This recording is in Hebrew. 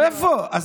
ודאי.